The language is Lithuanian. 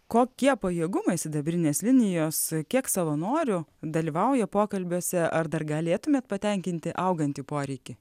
kokie pajėgumai sidabrinės linijos kiek savanorių dalyvauja pokalbiuose ar dar galėtumėt patenkinti augantį poreikį